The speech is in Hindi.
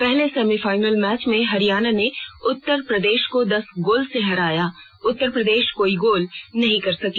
पहले सेमीफाइनल मैच में हरियाणा ने उत्तर प्रदेश को दस गोल से हराया उत्तर प्रदेश कोई गोल नहीं कर सकी